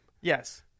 Yes